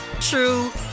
true